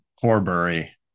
Corbury